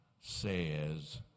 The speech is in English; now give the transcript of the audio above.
says